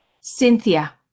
Cynthia